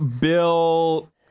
bill